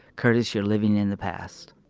curtis you're living in the past.